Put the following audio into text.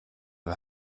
war